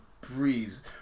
breeze